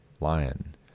lion